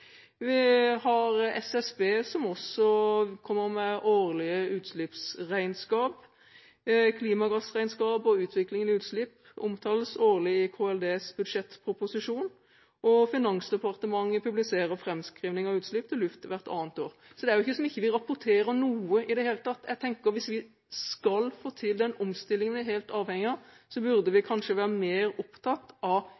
Vi har SSB som også kommer med årlige utslippsregnskap. Klimagassregnskap og utviklingen i utslipp omtales årlig i Klima- og miljødepartementets budsjettproposisjon, og Finansdepartementet publiserer framskrivning av utslipp til luft hvert annet år. Så det er ikke slik at vi ikke rapporterer noe i det hele tatt. Jeg tenker at hvis vi skal få til den omstillingen vi er helt avhengig av, burde vi kanskje være mer opptatt av